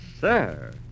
sir